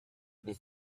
this